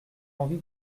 envie